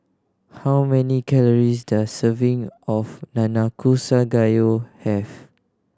how many calories does serving of Nanakusa Gayu have